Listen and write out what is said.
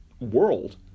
world